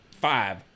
five